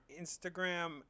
instagram